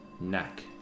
neck